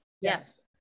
Yes